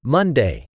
Monday